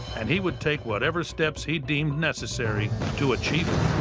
and he would take whatever steps he deemed necessary to achieve